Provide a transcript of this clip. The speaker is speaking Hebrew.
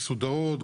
מסודרות,